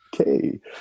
Okay